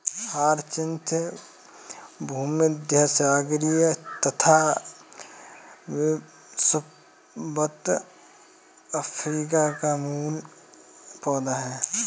hyacinth भूमध्यसागरीय तथा विषुवत अफ्रीका का मूल पौधा है